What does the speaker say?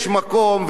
יש מקום,